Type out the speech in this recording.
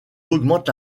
augmente